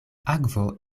akvo